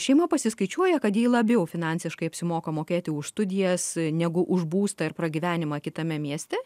šeima pasiskaičiuoja kad jai labiau finansiškai apsimoka mokėti už studijas negu už būstą ir pragyvenimą kitame mieste